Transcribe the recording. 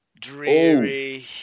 dreary